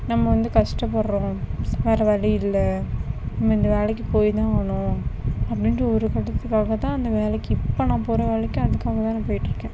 நம்ப வந்து கஷ்டப்படறோம் வேற வழி இல்லை நம்ப இந்த வேலைக்கு போயிதான் ஆகணும் அப்படின்ற ஒரு கட்டத்துக்காக தான் அந்த வேலைக்கு இப்போது நான் போகிற வேலைக்கு அதுக்காகதான் நான் போயிகிட்டுருக்கேன்